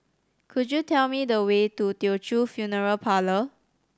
could you tell me the way to Teochew Funeral Parlour